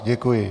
Děkuji.